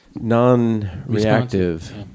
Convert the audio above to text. Non-reactive